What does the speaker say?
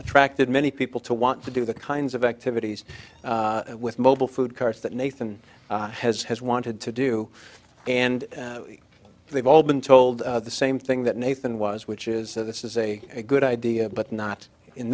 attracted many people to want to do the kinds of activities with mobile food carts that nathan has has wanted to do and they've all been told the same thing that nathan was which is that this is a good idea but not in